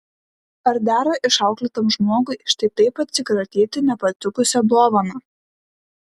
ar dera išauklėtam žmogui štai taip atsikratyti nepatikusia dovana